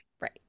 right